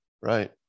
right